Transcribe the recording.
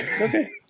Okay